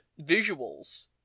visuals